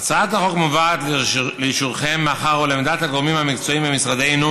הצעת החוק מובאת לאישורכם מאחר שלעמדת הגורמים המקצועיים במשרדנו